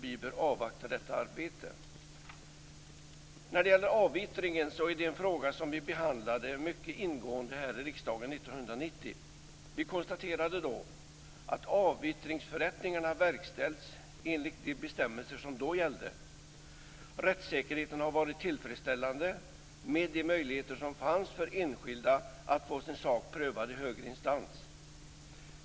Vi bör avvakta detta arbete. Avvittringen är en fråga som vi behandlade mycket ingående här i riksdagen 1990. Vi konstaterade då att avittringsförrättningarna hade verkställts enligt de bestämmelser som då gällde. Rättssäkerheten har varit tillfredsställande med de möjligheter som fanns för enskilda att få sin sak prövad i högre instans.